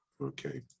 Okay